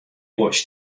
watched